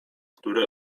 który